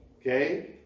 Okay